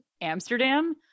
Amsterdam –